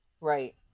Right